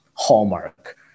Hallmark